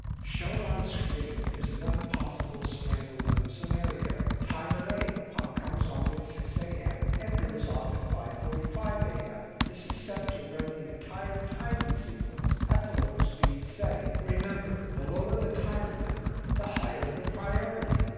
shown on screen is one possible standalone scenario. timer eight pump comes on at six am and goes off at five forty five am. this is set to run the entire timing sequence at the low speed setting. remember, the lower the timer number the higher the priority.